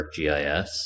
ArcGIS